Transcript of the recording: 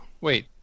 Wait